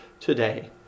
today